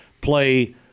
play